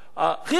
לדעתי,